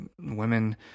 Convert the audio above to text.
women